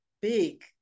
big